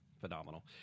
Phenomenal